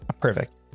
perfect